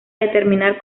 determinar